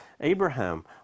Abraham